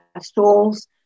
stalls